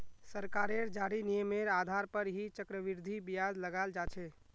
सरकारेर जारी नियमेर आधार पर ही चक्रवृद्धि ब्याज लगाल जा छे